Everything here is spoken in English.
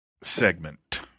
segment